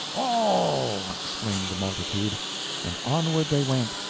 all, exclaimed the multitude and onward they went,